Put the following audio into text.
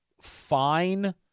fine